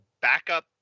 backup